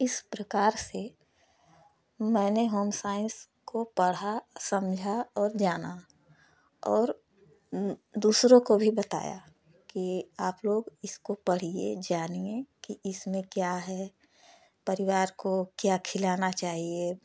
इस प्रकार से मैंने होमसाइंस को पढ़ा समझा और जाना और दूसरों को भी बताया कि आप लोग इसको पढ़िए जानिए कि इसमें क्या है परिवार को क्या खिलाना चाहिए